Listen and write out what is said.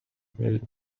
bit